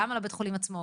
גם על בית החולים עצמו,